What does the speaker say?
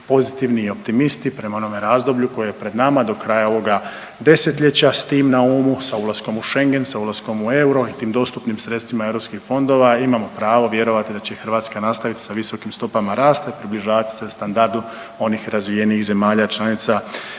pozitivni i optimisti prema onome razdoblju koje je pred nama do kraja ovoga desetljeća, s tim na umu, sa ulaskom u Schengen, sa ulaskom u euro i tim dostupnim sredstvima EU fondova imamo pravo vjerovati da će i Hrvatska nastaviti sa visokim stopama rasta i približavati se standardu onih razvijenijih zemalja članica